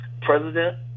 President